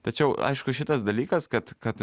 tačiau aišku šitas dalykas kad kad